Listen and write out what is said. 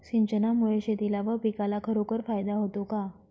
सिंचनामुळे शेतीला व पिकाला खरोखर फायदा होतो का?